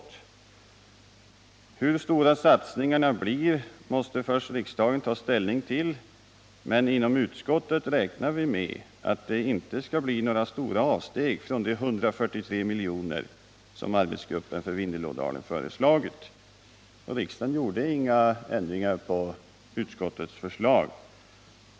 Det sades då: ”Hur stora satsningarna blir måste riksdagen först ta ställning till, men inom utskottet räknar vi med att det inte skall bli några avsteg från de 143 milj.kr. som arbetsgruppen för Vindelådalen föreslagit.” Riksdagen gjorde inga ändringar i utskottets förslag.